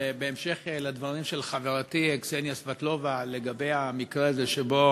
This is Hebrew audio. בהמשך לדברים של חברתי קסניה סבטלובה על המקרה הזה שבו